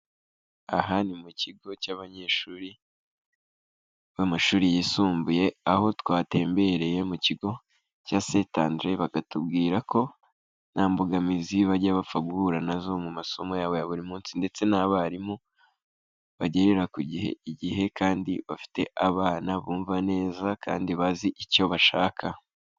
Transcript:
Aha ni mu kigo cy'abanyeshuri b'amashuri yisumbuye, aho twatembereye mu kigo cya St Andre bakatubwira ko nta mbogamizi bajya bapfa guhura na zo mu masomo yabo ya buri munsi ndetse n'abarimu bagerera ku gihe igihe, kandi bafite abana bumva neza kandi bazi icyo bashaka.